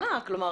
אנחנו כאילו,